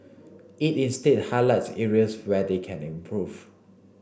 it instead highlights areas where they can improve